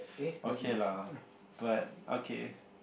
okay lah but okay